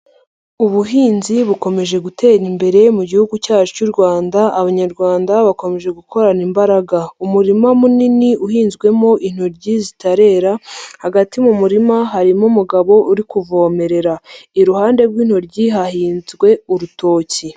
Ubuhinzi bukomeje gutera imbere mu gihugu cyacu cy'u Rwanda, abanyarwanda bakomeje gukorana imbaraga. Umurima munini uhinzwemo intoryi zitarera, hagati mu murima harimo umugabo uri kuvomerera. Iruhande rw'intoryi hahinzwe urutoki.